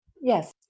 Yes